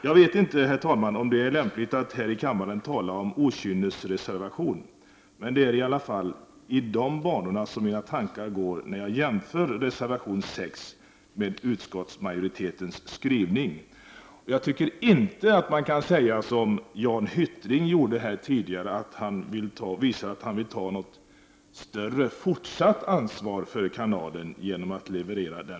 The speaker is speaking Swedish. Jag vet inte, herr talman, om det är lämpligt att här i kammaren tala om okynnesreservation, men det är i alla fall i de banorna som mina tankar går när jag jämför reservation 6 med utskottsmajoritetens skrivning. Jag tycker inte att man kan säga, som Jan Hyttring tidigare gjorde här, att han genom den reservationen visar att han vill ta något större ansvar för kanalen.